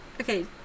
Okay